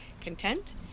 content